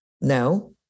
No